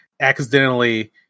accidentally